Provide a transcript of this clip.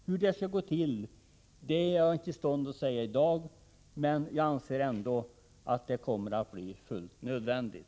Hur det skall gå till är jag inte i stånd att säga i dag, men jag anser ändå att det kommer att bli fullt nödvändigt.